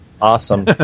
Awesome